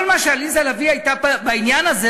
כל מה שעליזה לביא הייתה בעניין הזה,